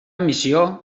missió